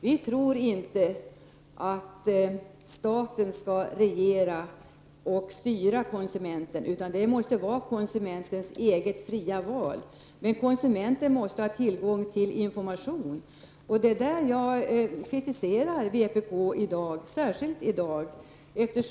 Vi tror inte att staten skall regera över och styra konsumenten. Konsumenten måste kunna träffa egna fria val. Men konsumenten måste ha tillgång till information. Det är särskilt på den punkten som jag i dag kritiserar vpk.